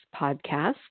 podcast